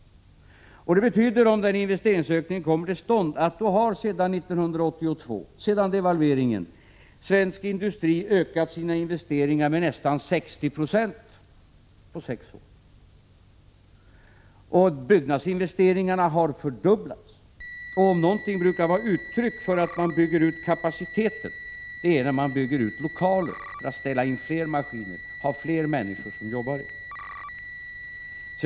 Om den investeringsökningen kommer till stånd betyder det att svensk industri på de sex åren sedan devalveringen ägde rum 1982 har ökat sina investeringar med nästan 60 20. Byggnadsinvesteringarna har fördubblats, och om någonting brukar vara ett uttryck för att man bygger ut kapaciteten är det att man bygger ut lokaler för att ta in fler maskiner i och ha fler människor som jobbar i.